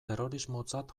terrorismotzat